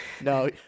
no